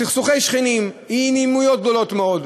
סכסוכי שכנים, אי-נעימויות גדולות מאוד,